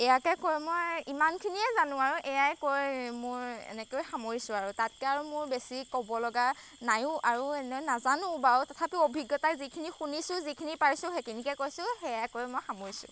ইয়াকে কৈ মই ইমানখিনিয়ে জানো আৰু এয়াই কৈ মোৰ এনেকৈ সামৰিছোঁ আৰু তাতকৈ আৰু মোৰ বেছি ক'ব লগা নায়ো আৰু এনেই নাজানো বাৰু তথাপিও অভিজ্ঞতাই যিখিনি শুনিছোঁ যিখিনি পাৰিছোঁ সেইখিনিকে কৈছোঁ সেয়াই কৈ মই সামৰিছোঁ